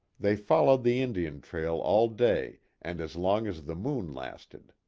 they followed the indian trail all day and as long as the moon lasted.